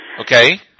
Okay